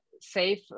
safe